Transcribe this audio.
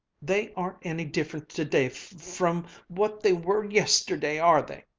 they aren't any different today f-f-from what they were yesterday are they?